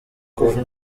kuva